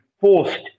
forced